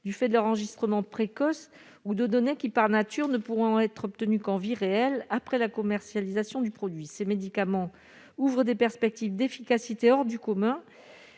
du fait de leur enregistrement précoce ou de données qui par nature ne pourront être obtenus qu'vie réelle après la commercialisation du produit ses médicaments ouvrent des perspectives d'efficacité hors du commun